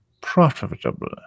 profitable